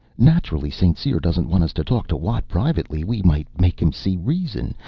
naturally st. cyr doesn't want us to talk to watt privately. we might make him see reason.